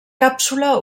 càpsula